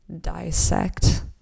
dissect